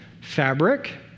fabric